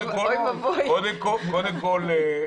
קודם כל,